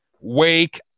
Wake